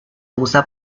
usa